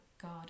god